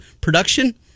production